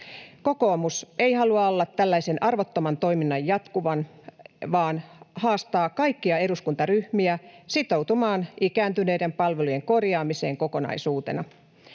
Kokoomus ei halua tällaisen arvottoman toiminnan jatkuvan vaan haastaa kaikkia eduskuntaryhmiä sitoutumaan ikääntyneiden palvelujen korjaamiseen kokonaisuutena.